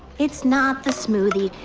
it's not the smoothie.